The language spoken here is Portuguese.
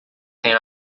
tem